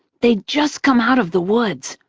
they'd just come out of the woods,